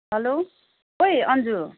hello ओए अन्जु